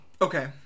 Okay